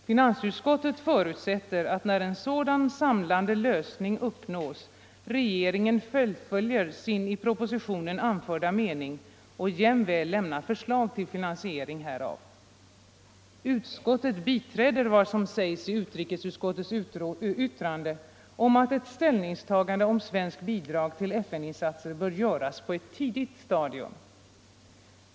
Finansutskottet förutsätter att när en sådan samlande lösning uppnås, regeringen fullföljer sin i propositionen anförda mening och jämväl lämnar förslag till finansieringen härav. Utskottet biträder vad som sägs i utrikesutskottets yttrande om att ett ställningstagande om svenskt bidrag till FN-insatser bör göras på ett tidigt stadium.